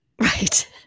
Right